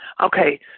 Okay